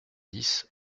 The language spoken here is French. dix